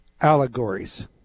Allegories